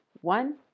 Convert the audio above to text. one